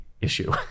issue